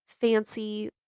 fancy